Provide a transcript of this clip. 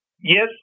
yes